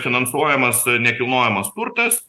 finansuojamas nekilnojamas turtas